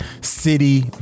City